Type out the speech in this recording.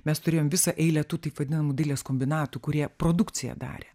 mes turėjom visą eilę tų taip vadinamų dailės kombinatų kurie produkciją darė